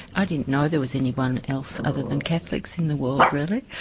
i didn't know there was anyone else other than catholics in the world. really,